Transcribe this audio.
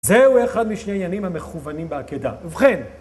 זהו אחד משני עניינים המכוונים בעקידה, ובכן...